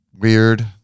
weird